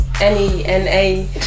n-e-n-a